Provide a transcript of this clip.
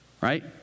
right